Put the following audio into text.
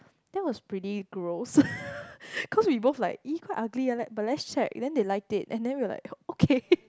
that was pretty gross cause we both like !ee! quite ugly ah like but let's check then they like it and then we were like okay